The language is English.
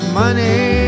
money